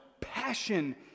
passion